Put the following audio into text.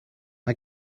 mae